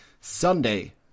Sunday